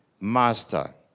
Master